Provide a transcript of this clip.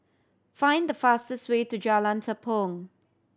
find the fastest way to Jalan Tepong